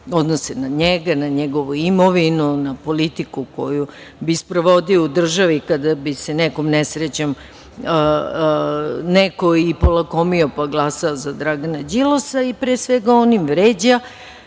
odnose na njega, na njegovu imovinu, na politiku koju bi sprovodio u državi kada bi se nekom nesrećom, neko i polakomio pa glasao za Dragana Đilasa. Pre svega on i ih vređa,